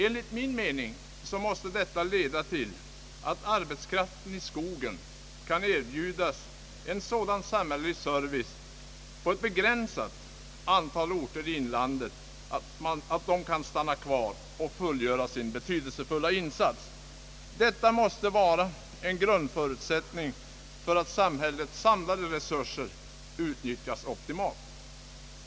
Enligt min mening måste detta leda till att arbetskraften i skogen kan erbjudas en sådan samhällelig service på ett begränsat antal orter i inlandet att den kan stanna kvar och fullgöra sin betydelsefulla insats. Detta måste vara en grundförutsättning för att samhällets samlade resurser utnyttjas optimalt.